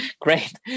great